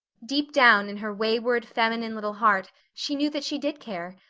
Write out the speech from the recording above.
deep down in her wayward, feminine little heart she knew that she did care,